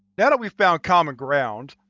yeah and we've found common grounds,